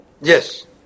Yes